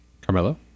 Carmelo